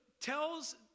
tells